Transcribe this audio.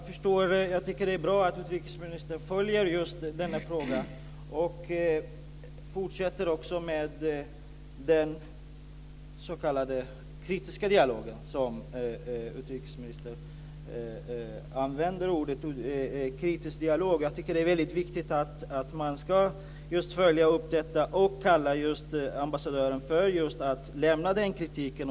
Fru talman! Det är bra att utrikesministern följer denna fråga och också fortsätter med den s.k. kritiska dialogen - det är de ord som utrikesministern använder. Det är väldigt viktigt att följa upp detta och kalla till sig ambassadören för att lämna den kritiken.